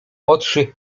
oczy